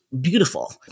beautiful